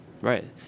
Right